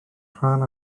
rhan